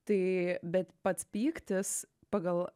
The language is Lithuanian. tai bet pats pyktis pagal